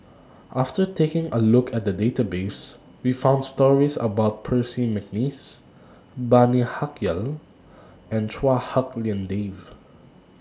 after taking A Look At The Database We found stories about Percy Mcneice Bani Haykal and Chua Hak Lien Dave